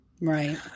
Right